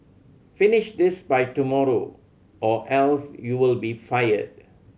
finish this by tomorrow or else you will be fired